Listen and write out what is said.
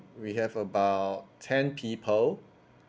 we have about ten people